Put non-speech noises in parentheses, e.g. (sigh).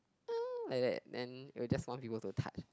(noise) like that then it will just want people to touch